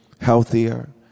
healthier